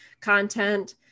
content